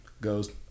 goes